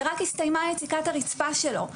שרק הסתיימה יציקת הרצפה שלו.